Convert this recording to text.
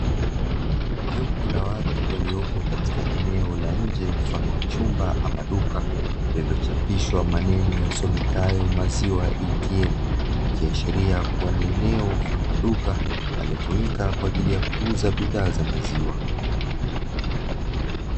Jopo la watu waliopo katika eneo la nje mfano wa chumba ama duka lililochapishwa maeneo yasomekayo, "maziwa ATM" ikiashiria kuwa ni eneo mfano wa duka linalotumika kwa ajili ya kuuza bidhaa za maziwa.